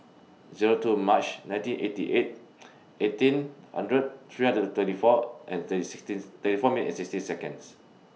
Zero two March nineteen eighty eight eighteen hundred thirty four minutes sixteen